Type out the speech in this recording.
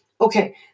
Okay